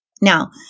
Now